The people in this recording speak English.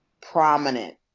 prominent